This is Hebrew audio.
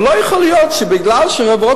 אבל לא יכול להיות שמכיוון שחברות